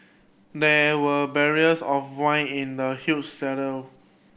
there were barrels of wine in the huge cellar